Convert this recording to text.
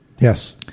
Yes